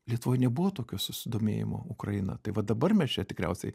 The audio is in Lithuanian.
lietuvoj nebuvo tokio susidomėjimo ukraina tai va dabar mes čia tikriausiai